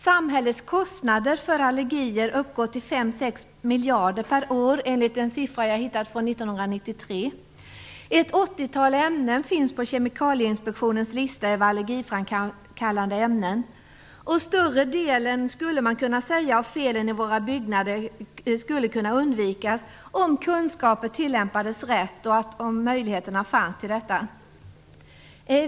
Samhällets kostnader för allergier uppgår till 5-6 miljarder kronor per år enligt en siffra från 1993 som jag har hittat. Ett åttiotal ämnen finns på Kemikalieinspektionens lista över allergiframkallande ämnen. Större delen av felen i våra byggnader skulle kunna undvikas om kunskaper tillämpades rätt och om möjligheterna fanns för detta.